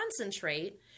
concentrate